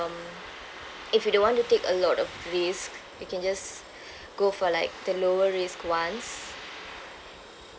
um if you don't want to take a lot of risk you can just go for like the lower risk ones